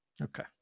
Okay